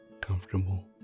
Comfortable